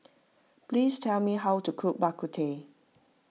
please tell me how to cook Bak Kut Teh